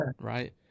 Right